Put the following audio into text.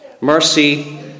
Mercy